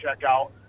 checkout